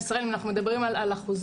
אז יש לי כמה דברים חשובים